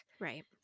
Right